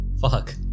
Fuck